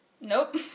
Nope